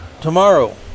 tomorrow